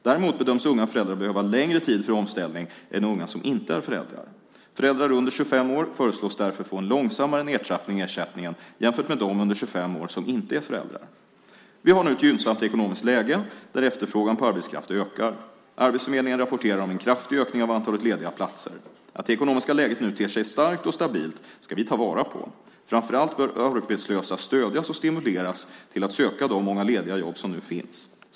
Däremot bedöms unga föräldrar behöva längre tid för omställning än unga som inte är föräldrar. Föräldrar under 25 år föreslås därför få en långsammare nedtrappning i ersättningen jämfört med dem under 25 år som inte är föräldrar. Vi har nu ett gynnsamt ekonomiskt läge där efterfrågan på arbetskraft ökar. Arbetsförmedlingen rapporterar om en kraftig ökning av antalet lediga platser. Att det ekonomiska läget nu ter sig starkt och stabilt ska vi ta vara på. Framför allt bör arbetslösa stödjas och stimuleras till att söka de många lediga jobb som nu finns.